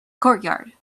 courtyard